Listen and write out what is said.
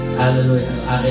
hallelujah